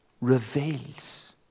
reveals